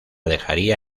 dejaría